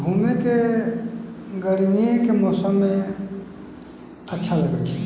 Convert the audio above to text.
घुमैके गरमिएके मौसममे अच्छा लगै छै